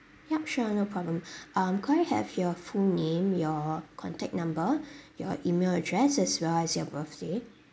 yup sure no problem um could I have your full name your contact number your email address as well as your birthday